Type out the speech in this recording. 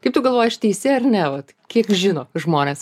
kaip tu galvoji aš teisi ar ne vat kiek žino žmonės